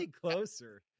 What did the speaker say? closer